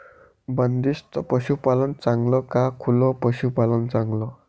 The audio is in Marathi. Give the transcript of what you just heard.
बंदिस्त पशूपालन चांगलं का खुलं पशूपालन चांगलं?